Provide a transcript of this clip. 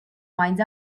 winds